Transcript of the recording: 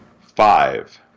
five